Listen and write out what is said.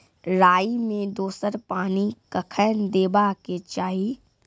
राई मे दोसर पानी कखेन देबा के चाहि?